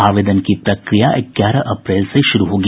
आवेदन की प्रक्रिया ग्यारह अप्रैल से शुरू होगी